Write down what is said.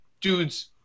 dudes